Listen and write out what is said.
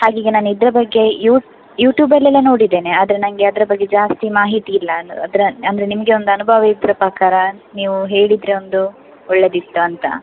ಹಾಗೆ ಈಗ ನಾನು ಇದರ ಬಗ್ಗೆ ಯುಟೂಬಲ್ಲೆಲ್ಲ ನೋಡಿದ್ದೇನೆ ಆದರೆ ನನಗೆ ಅದರ ಬಗ್ಗೆ ಜಾಸ್ತಿ ಮಾಹಿತಿ ಇಲ್ಲ ಅಂದ್ರೆ ಅಂದರೆ ನಿಮಗೆ ಒಂದು ಅನುಭವ ಇದ್ದ ಪ್ರಕಾರ ನೀವು ಹೇಳಿದರೆ ಒಂದು ಒಳ್ಳೆಯದಿತ್ತಾ ಅಂತ